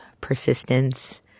persistence